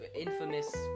Infamous